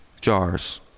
jars